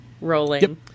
rolling